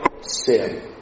sin